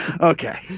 Okay